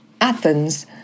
Athens